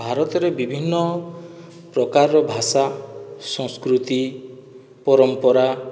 ଭାରତରେ ବିଭିନ୍ନ ପ୍ରକାରର ଭାଷା ସଂସ୍କୃତି ପରମ୍ପରା